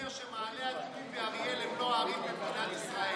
שמעלה אדומים ואריאל הם לא ערים במדינת ישראל?